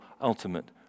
ultimate